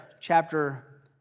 chapter